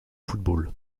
football